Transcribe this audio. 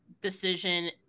decision